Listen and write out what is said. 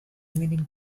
winning